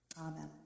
amen